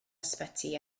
ysbyty